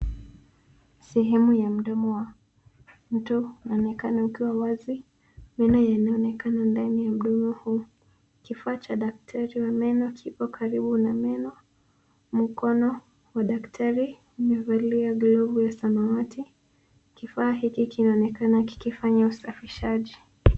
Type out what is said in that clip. Sehemu ya mdomo wa mtu inaonekana ukiwa wazi meno yanaonekana ndani ya mdomo huu kifaa cha daktari wa meno kipo karibu na meno. Mkono wa daktari umevalia glavu ya samawati kifaa hiki kinaonekana kikifanya usafishaji.